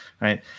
Right